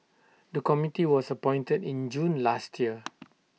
the committee was appointed in June last year